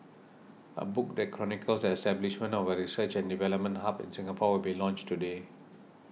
a book that chronicles the establishment of a research and development hub in Singapore will be launched today